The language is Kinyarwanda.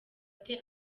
ate